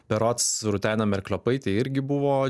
berods rūtenė merkliopaitė irgi buvo